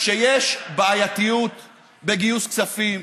אני מסכים איתך שיש בעייתיות בגיוס כספים.